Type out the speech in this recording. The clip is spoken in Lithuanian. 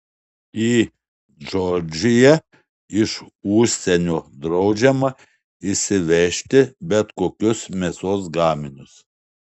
į džordžiją iš užsienio draudžiama įsivežti bet kokius mėsos gaminius